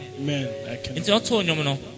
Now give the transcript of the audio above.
Amen